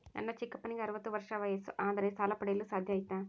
ನನ್ನ ಚಿಕ್ಕಪ್ಪನಿಗೆ ಅರವತ್ತು ವರ್ಷ ವಯಸ್ಸು ಆದರೆ ಸಾಲ ಪಡೆಯಲು ಸಾಧ್ಯ ಐತಾ?